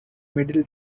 middle